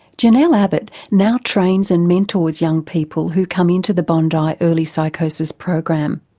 janelle ah but now trains and mentors young people who come in to the bondi early psychosis program.